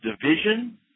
division